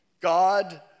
God